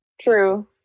True